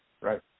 Right